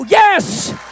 Yes